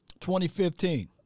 2015